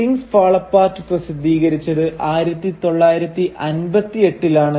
'things fall apart' പ്രസിദ്ധീകരിച്ചത് 1958 ലാണ്